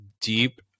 deep